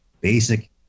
basic